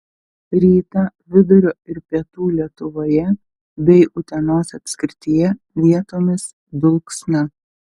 rytą vidurio ir pietų lietuvoje bei utenos apskrityje vietomis dulksna